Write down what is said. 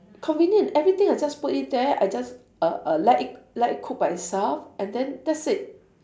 convenient everything I just put in there I just uh uh let it let it cook by itself and then that's it